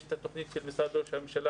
יש את התוכנית של משרד ראש הממשלה,